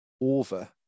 over